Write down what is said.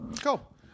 Cool